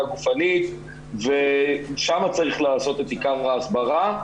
גופנית ושם צריך לעשות את עיקר ההסברה,